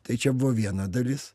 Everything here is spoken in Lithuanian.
tai čia buvo viena dalis